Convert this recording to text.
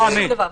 שום דבר.